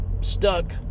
stuck